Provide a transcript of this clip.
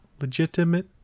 legitimate